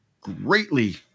greatly